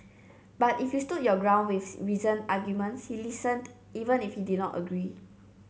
but if you stood your ground with reasoned arguments he listened even if he did not agree